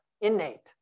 innate